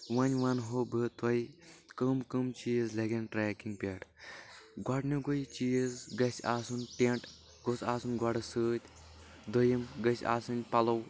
وۄنۍ ونہٕ ہو بہٕ تۄہہِ کٔم کٔم چیٖز لگَن ٹریکِنگ پٮ۪ٹھ گۄڈنیُکُے چیٖز گژھہِ آسُن ٹینٹ گوٚژھ آسُن گۄڈٕ سۭتۍ دوٚیِم گژھِ آسٕنۍ پَلو